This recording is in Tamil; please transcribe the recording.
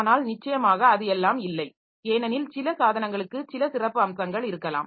ஆனால் நிச்சயமாக அது எல்லாம் இல்லை ஏனெனில் சில சாதனங்களுக்கு சில சிறப்பு அம்சங்கள் இருக்கலாம்